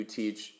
teach